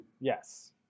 Yes